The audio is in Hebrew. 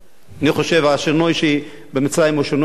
אני חושב שהשינוי במצרים הוא שינוי מבורך,